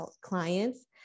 clients